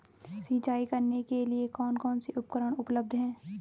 सिंचाई करने के लिए कौन कौन से उपकरण उपलब्ध हैं?